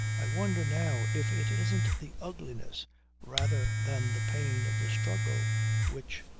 i wonder now if it isn't the ugliness rather than the pain of the struggle which.